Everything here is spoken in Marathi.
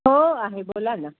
हो आहे बोला ना